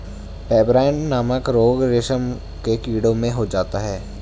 pebrine नामक रोग रेशम के कीड़ों में हो जाता है